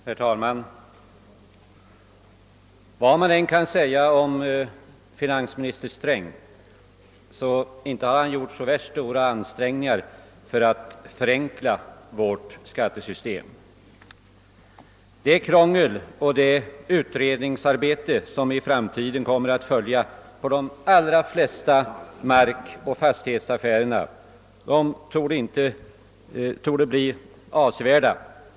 Herr talman! Vad man än kan säga om finansminister Sträng så inte är det att han gjort stora ansträngningar för att förenkla vårt skattesystem. Det krångel och det utredningsarbete som i framtiden kommer att uppstå för de allra flesta markoch fastighetsägare torde bli avsevärt.